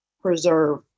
preserve